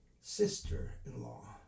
sister-in-law